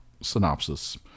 synopsis